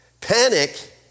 Panic